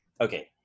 okay